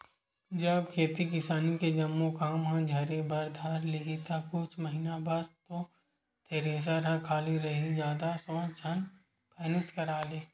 जब खेती किसानी के जम्मो काम ह झरे बर धर लिही ता कुछ महिना बस तोर थेरेसर ह खाली रइही जादा सोच झन फायनेंस करा ले